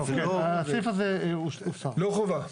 זו לא חובה.